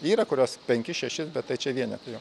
yra kurios penkis šešis bet tai čia vienetai jau